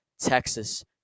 Texas